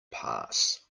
pass